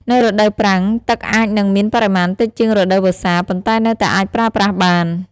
នៅរដូវប្រាំង ទឹកអាចនឹងមានបរិមាណតិចជាងរដូវវស្សា ប៉ុន្តែនៅតែអាចប្រើប្រាស់បាន។